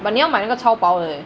but 你要买那个个超薄的 leh